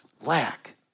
lack